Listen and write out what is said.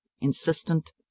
insistent